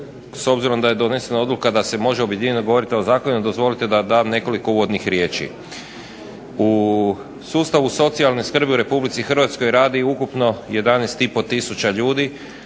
s obzirom da je donesena odluka da se može objedini govoriti o zakonima dozvolite da dam nekoliko uvodnih riječi. U sustavu socijalne skrbi u RH radi ukupno 11,5 tisuća